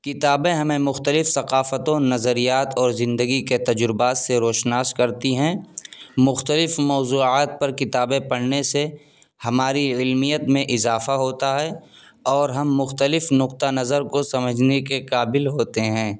کتابیں ہمیں مختلف ثقافتوں نظریات اور زندگی کے تجربات سے روشناس کرتی ہیں مختلف موضوعات پر کتابیں پڑھنے سے ہماری علمیت میں اضافہ ہوتا ہے اور ہم مختلف نقطہ نظر کو سمجھنے کے قابل ہوتے ہیں